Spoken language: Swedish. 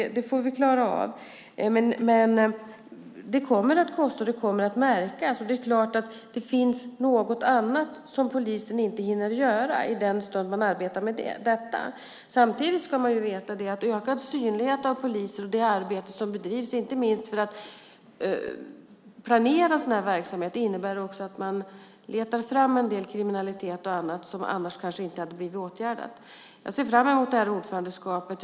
Det får vi klara av, men det kommer att kosta, och det kommer att märkas. Det är klart att det finns något annat som polisen inte hinner göra i den stund man arbetar med detta. Samtidigt ska man veta att ökad synlighet av poliser och det arbete som bedrivs, inte minst för att planera sådan här verksamhet, också innebär att man letar fram en del kriminalitet och annat som annars kanske inte hade blivit åtgärdad. Jag ser fram emot det här ordförandeskapet.